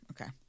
Okay